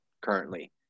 currently